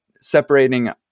separating